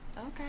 Okay